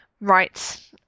Right